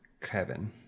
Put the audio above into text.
Kevin